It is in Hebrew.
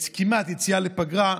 כמעט היציאה לפגרה,